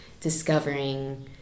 discovering